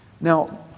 now